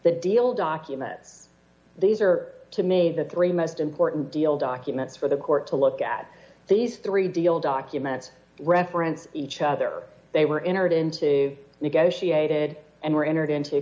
the deal document these are to me that the three most important deal documents for the court to look at these three deal documents reference each other they were entered into negotiated and were entered into